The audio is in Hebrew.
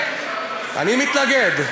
אני מתנגד.